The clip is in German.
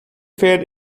fährt